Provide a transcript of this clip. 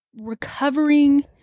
recovering